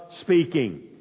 speaking